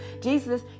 Jesus